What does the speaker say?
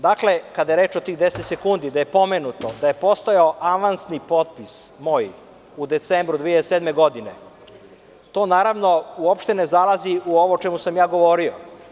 Dakle, kada je reč o tih 10 sekundi, gde je pomenuto da je postojao avansni potpis moj u decembru 2007. godine, to uopšte ne zalazi u ovo o čemu sam ja govorio.